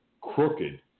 crooked